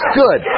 good